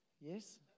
Yes